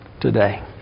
today